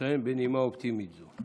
נסיים בנימה אופטימית זו.